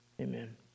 Amen